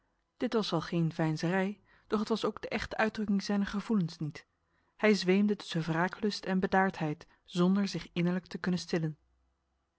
dit was wel geen veinzerij doch het was ook de echte uitdrukking zijner gevoelens niet hij zweemde tussen wraaklust en bedaardheid zonder zich innerlijk te kunnen stillen